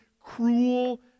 cruel